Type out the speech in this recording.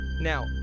Now